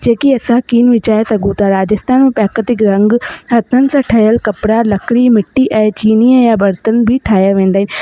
जेकी असां कीअं बि विझाए सघूं था राजस्थान प्राकृतिक रंगु हथनि सां ठहियल कपिड़ा लकिड़ी मिटी ऐं चीनी जा बर्तन बि ठाहिया वेंदा आहिनि